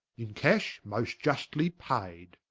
in cash, most iustly payd